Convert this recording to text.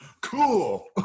cool